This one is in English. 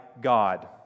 God